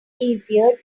easier